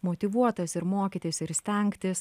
motyvuotas ir mokytis ir stengtis